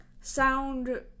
sound